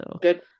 Good